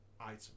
item